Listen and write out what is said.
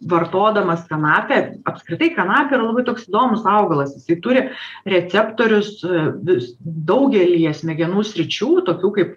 vartodamas kanapę apskritai kanapė yra labai toks įdomus augalas jisai turi receptorius vis daugelyje smegenų sričių tokių kaip